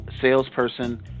salesperson